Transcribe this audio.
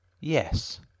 Yes